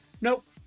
Nope